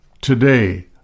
today